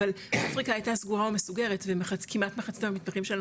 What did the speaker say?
אבל אפריקה הייתה סגורה ומסוגרת וכמעט מחצית מהמתמחים שלנו